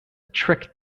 trick